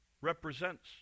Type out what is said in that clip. represents